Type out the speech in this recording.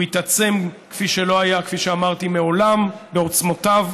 הוא התעצם כפי שלא היה מעולם בעוצמותיו,